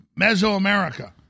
Mesoamerica